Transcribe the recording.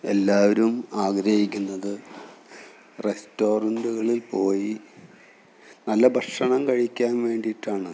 എല്ലാവരും ആഗ്രഹിക്കുന്നത് റെസ്റ്റോറൻറ്റുകളിൽ പോയി നല്ല ഭക്ഷണം കഴിക്കാൻ വേണ്ടിയിട്ടാണ്